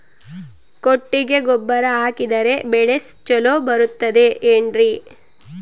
ಕೊಟ್ಟಿಗೆ ಗೊಬ್ಬರ ಹಾಕಿದರೆ ಬೆಳೆ ಚೊಲೊ ಬರುತ್ತದೆ ಏನ್ರಿ?